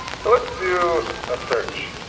so let's do a search.